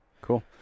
Cool